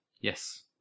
Yes